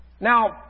Now